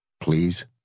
please